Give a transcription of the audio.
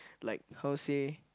like how say